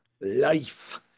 life